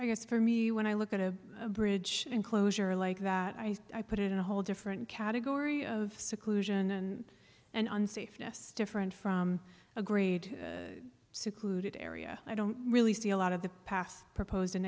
i guess for me when i look at a bridge enclosure like that i put it in a whole different category of seclusion and and unsafe ness different from a grade secluded area i don't really see a lot of the past proposed in